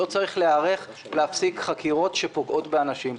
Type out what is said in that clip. לא צריך להיערך להפסיק חקירות שפוגעות באנשים.